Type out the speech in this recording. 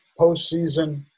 postseason